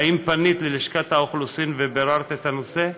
האם פנית ללשכת האוכלוסין וביררת את הנושא?